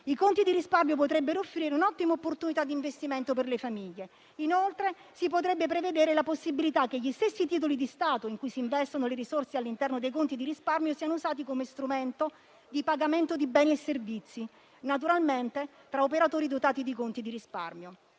i conti di risparmio potrebbero offrire un'ottima opportunità di investimento per le famiglie. Inoltre, si potrebbe prevedere la possibilità che gli stessi titoli di Stato in cui si investono le risorse all'interno dei conti di risparmio siano usati come strumento di pagamento di beni e servizi, naturalmente tra operatori dotati di conti di risparmio.